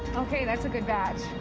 okay, that's a good batch,